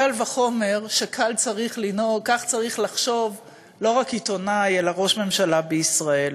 קל וחומר שכך צריך לחשוב לא רק עיתונאי אלא ראש ממשלה בישראל.